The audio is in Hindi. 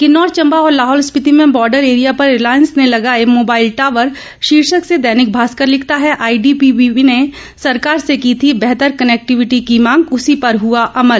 किन्नौर चंबा और लाहौल स्पिति में बार्डर एरिया पर रिलायंस ने लगाए मोबाइल टावर शीर्षक से दैनिक भास्कर लिखता है आईटीबीपी ने सरकार से की थी बेहतर कनेक्टिविटी की मांग उसी पर हुआ अमल